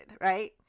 right